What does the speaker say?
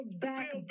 back